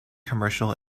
commercial